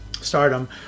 stardom